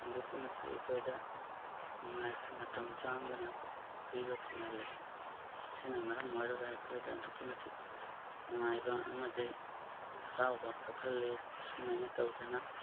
ꯑꯗꯨꯛꯀꯤ ꯃꯇꯤꯛ ꯑꯩꯈꯣꯏꯗ ꯅꯨꯡꯉꯥꯏꯕ ꯃꯇꯝ ꯆꯪꯍꯟꯗꯅ ꯐꯪꯍꯜꯂꯤ ꯃꯁꯤꯅ ꯃꯔꯝ ꯑꯣꯏꯔꯒ ꯑꯩꯈꯣꯏꯗ ꯑꯗꯨꯛꯀꯤ ꯃꯇꯤꯛ ꯅꯨꯡꯉꯥꯏꯕ ꯑꯃꯗꯤ ꯍꯔꯥꯎꯕ ꯄꯣꯛꯍꯜꯂꯤ ꯑꯁꯨꯝ ꯍꯥꯏꯅ ꯇꯧꯗꯨꯅ